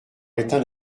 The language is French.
éteint